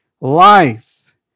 life